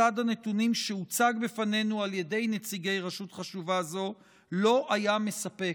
מסד הנתונים שהוצג בפנינו על ידי נציגי רשות חשובה זו לא היה מספק,